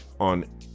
on